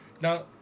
Now